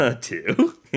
Two